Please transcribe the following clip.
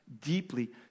deeply